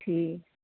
ਠੀਕ